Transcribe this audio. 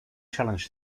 challenge